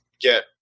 get